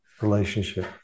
relationship